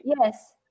Yes